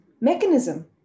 mechanism